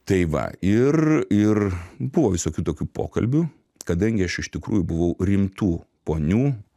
tai va ir ir buvo visokių tokių pokalbių kadangi aš iš tikrųjų buvau rimtų ponių